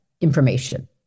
information